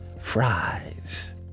fries